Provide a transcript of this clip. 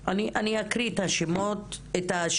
אני אקריא את השאלות,